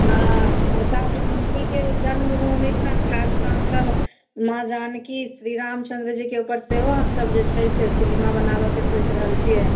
हँ माता जानकीके जन्मभूमि छनि खासकऽ हमसब माँ जानकी श्रीरामचन्द्र जीके ऊपर सेहो हमसब जे छै से सिनेमा बनाबऽके सोचि रहल छियै